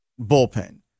bullpen